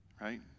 Right